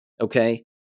Okay